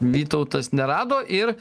vytautas nerado ir